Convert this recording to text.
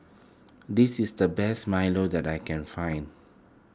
this is the best Milo that I can find